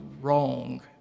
wrong